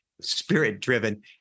spirit-driven